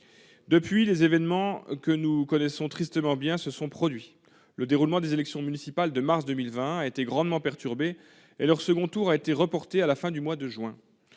Depuis, les événements que nous connaissons tristement bien se sont produits. Le déroulement des élections municipales de mars 2020 a été grandement perturbé ; leur second tour a été reporté à la fin du mois de juin.